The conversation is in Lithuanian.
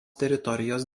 teritorijos